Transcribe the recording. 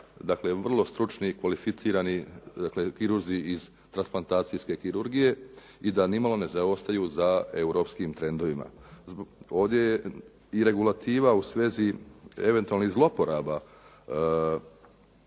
dakle, vrlo stručni i kvalificirani dakle, kirurzi iz transplantacijske kirurgije i da nimalo ne zaostaju za europskim trendovima. Ovdje je i regulativa u svezu eventualnih zlouporaba,